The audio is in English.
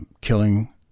killing